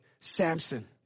Samson